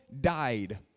died